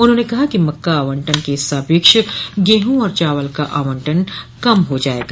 उन्होंने कहा कि मक्का आवंटन के सापेक्ष गेहूँ और चावल का आवंटन कम हो जायेगा